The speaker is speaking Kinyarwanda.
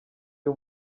uyu